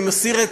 אני מסיר,